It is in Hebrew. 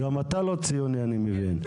גם אתה לא ציוני אני מבין.